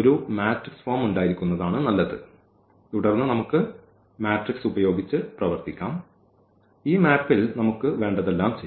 ഒരു matrix form ഉണ്ടായിരിക്കുന്നതാണ് നല്ലത് തുടർന്ന് നമുക്ക് മാട്രിക്സ് ഉപയോഗിച്ച് പ്രവർത്തിക്കാം ഈ മാപ്പിൽ നമുക്ക് വേണ്ടതെല്ലാം ചെയ്യാം